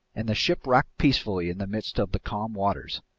and the ship rocked peacefully in the midst of the calm waters.